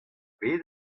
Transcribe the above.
bet